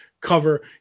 cover